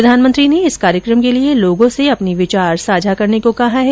प्रधानमंत्री ने इस कार्यकम के लिए लोगों से अपने विचार साझा करने को कहा है